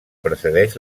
precedeix